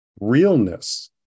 realness